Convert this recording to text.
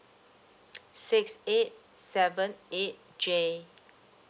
six eight seven eight J